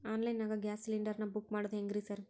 Online ನಾಗ gas cylinder ನಾ book ಮಾಡೋದ್ ಹೆಂಗ್ರಿ ಸಾರ್?